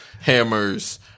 hammers